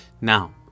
Now